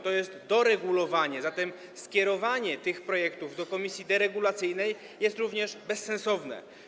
To jest doregulowanie, zatem skierowanie tych projektów do komisji deregulacyjnej jest również bezsensowne.